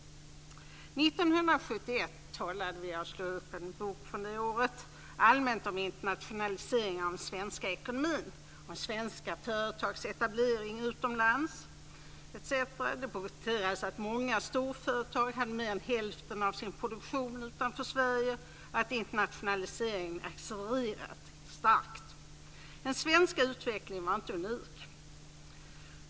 År 1971 - jag slog upp en bok från det året - talades det allmänt om internationaliseringen av den svenska ekonomin, om svenska företags etablering utomlands etc. Det poängterades att många storföretag hade mer än hälften av sin produktion utanför Sverige och att internationaliseringen accelererat starkt. Den svenska utvecklingen var inte unik.